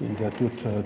in da tudi